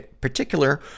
particular